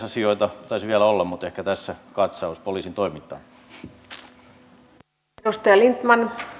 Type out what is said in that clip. asioita taisi vielä olla mutta ehkä tässä katsaus poliisin toimintaan